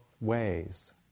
ways